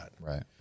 Right